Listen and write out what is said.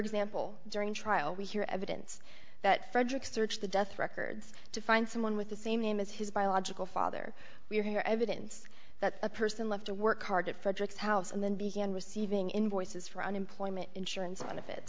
example during trial we hear evidence that frederick search the death records to find someone with the same name as his biological father we hear evidence that a person left to work hard at frederick's house and then began receiving invoices for unemployment insurance